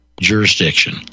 jurisdiction